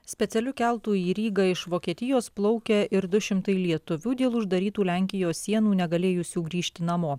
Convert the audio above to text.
specialiu keltu į rygą iš vokietijos plaukė ir du šimtai lietuvių dėl uždarytų lenkijos sienų negalėjusių grįžti namo